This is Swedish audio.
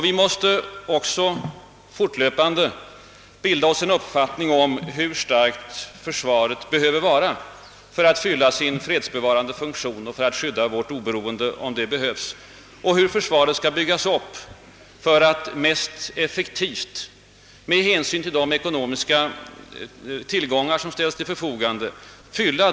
Vi måste också fortlöpande bilda oss en uppfattning om hur starkt försvaret behöver vara för att fylla sin fredsbevarande funktion och skydda vårt oberoende, om så skulle behövas, samt hur försvaret skall byggas upp för att mest effektivt fylla sina uppgifter med hänsyn till de ekonomiska tillgångar som ställs till förfogande.